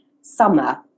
summer